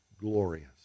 glorious